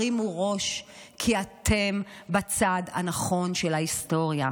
הרימו ראש, כי אתם בצד הנכון של ההיסטוריה.